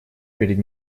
перед